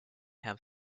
have